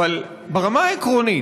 אבל ברמה העקרונית,